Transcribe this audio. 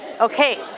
Okay